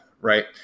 right